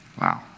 Wow